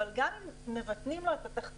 אבל גם אם מבטנים לו את התחתית,